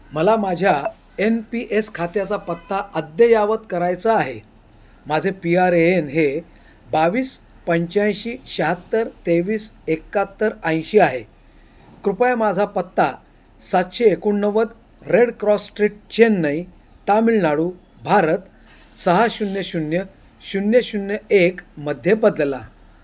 मला माझ्या N P S खात्याचा पत्ता अद्ययावत करायचा आहे माझे पी आर ए एन हे बावीस पंच्याऐंशी शहात्तर तेवीस एकाहत्तर ऐंशी आहे कृपया माझा पत्ता सातशे एकोणनव्वद Red Cross Street Chennai Tamil Nadu Bharat सहा शून्य शून्य शून्य शून्य एकमध्ये बदला